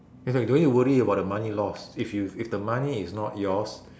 that's why you don't need to worry about the money lost if you if the money is not yours